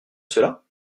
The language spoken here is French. cela